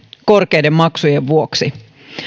korkeiden maksujen vuoksi